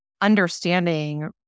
understanding